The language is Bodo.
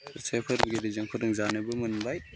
एसे फोरोंगिरिजों फोरोंजानोबो मोनबाय